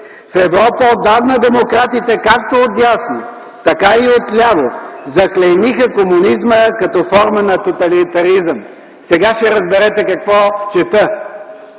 В Европа отдавна демократите, както отдясно, така и отляво, заклеймиха комунизма като форма на тоталитаризъм.” Сега ще разберете какво чета: